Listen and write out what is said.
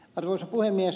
arvoisa puhemies